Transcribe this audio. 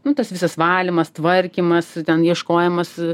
nu tas visas valymas tvarkymas ten ieškojimas